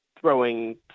throwing